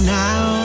now